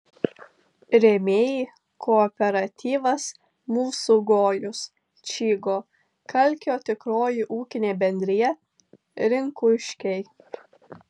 rėmėjai kooperatyvas mūsų gojus čygo kalkio tikroji ūkinė bendrija rinkuškiai